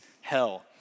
hell